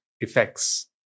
effects